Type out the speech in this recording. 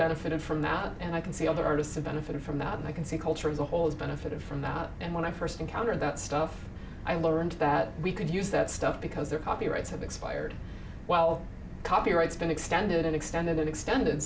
benefited from that and i can see other artists have benefited from that and i can see culture of the whole is benefited from that and when i first encountered that stuff i learned that we could use that stuff because their copyrights have expired well copyrights been extended and extended and extended